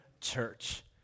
church